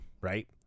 right